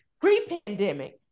pre-pandemic